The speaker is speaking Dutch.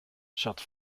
zat